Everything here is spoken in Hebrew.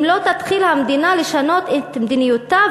אם לא תתחיל המדינה לשנות את מדיניותה,